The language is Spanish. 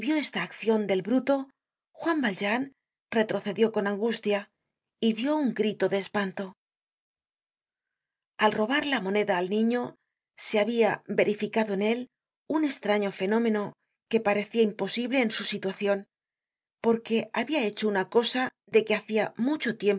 esta accion del bruto juan valjean retrocedió con angustia y dió un grito de espanto al robar la moneda al niño se habia verificado en él un estraño fenómeno que parecia imposible en su situacion porque habia hecho una cosa de que hacía mucho